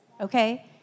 okay